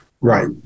right